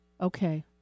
Okay